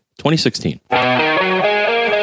2016